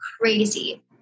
crazy